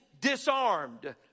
disarmed